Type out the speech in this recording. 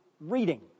reading